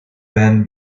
men